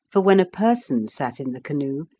for when a person sat in the canoe,